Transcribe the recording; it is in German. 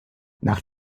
nach